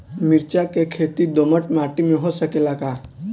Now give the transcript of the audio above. मिर्चा के खेती दोमट माटी में हो सकेला का?